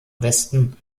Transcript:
westen